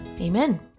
amen